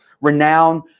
renowned